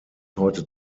heute